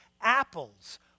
apples